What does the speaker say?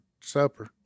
supper